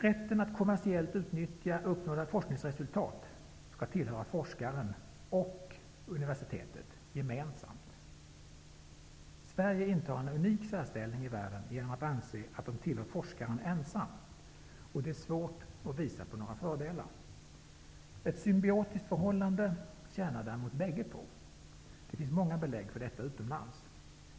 Rätten att kommersiellt utnyttja uppnådda forskningsresultat skall tillhöra forskaren och universitetet gemensamt. Sverige intar en unik särställning i världen genom att anse att de tillhör forskaren ensam. Det är svår att visa på några fördelar med detta. Ett symbiotiskt förhållande tjänar däremot bägge på. Det finns många belägg för detta utomlands.